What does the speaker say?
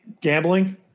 gambling